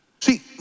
See